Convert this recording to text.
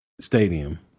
stadium